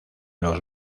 los